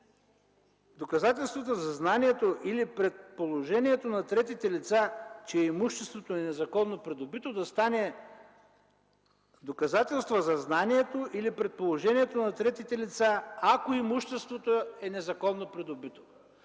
„Доказателството за знанието или предположението на третите лица, че имуществото е незаконно придобито” да стане: „доказателство за знанието или предположението на третите лица, ако имуществото е незаконно придобито.”